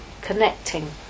connecting